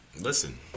Listen